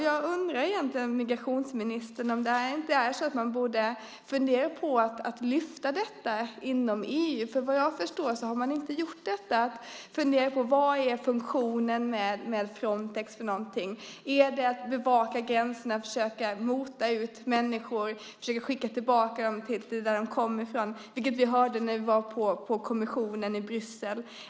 Jag undrar, migrationsministern, om det inte är så att man borde fundera på att lyfta fram detta inom EU. Vad jag förstår har man inte funderat på vilken Frontex funktion är. Är den att bevaka gränserna och försöka mota ut människor och skicka tillbaka dem dit varifrån de kom? Det hörde vi när vi var hos kommissionen i Bryssel.